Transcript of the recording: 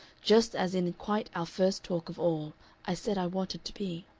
just as in quite our first talk of all i said i wanted to be.